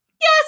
Yes